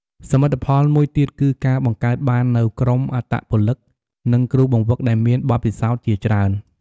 សមិទ្ធផលមួយទៀតគឺការបង្កើតបាននូវក្រុមអត្តពលិក និងគ្រូបង្វឹកដែលមានបទពិសោធន៍ជាច្រើន ។